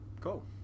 Cool